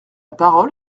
parole